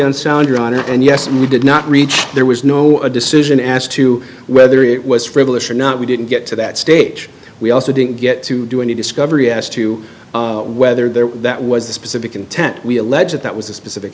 unsound your honor and yes we did not reach there was no a decision as to whether it was frivolous or not we didn't get to that stage we also didn't get to do any discovery as to whether there that was the specific content we allege that that was a specific